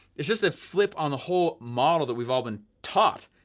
it's just a flip on the whole model that we've all been taught.